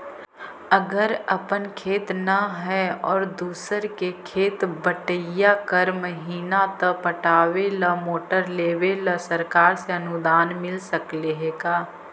अगर अपन खेत न है और दुसर के खेत बटइया कर महिना त पटावे ल मोटर लेबे ल सरकार से अनुदान मिल सकले हे का?